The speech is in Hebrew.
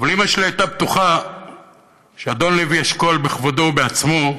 אבל אימא שלי הייתה בטוחה שאדון לוי אשכול בכבודו ובעצמו,